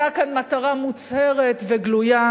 היתה כאן מטרה מוצהרת וגלויה: